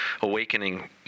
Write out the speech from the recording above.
Awakening